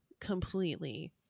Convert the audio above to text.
completely